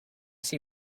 see